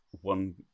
one